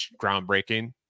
groundbreaking